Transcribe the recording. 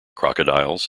crocodiles